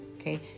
okay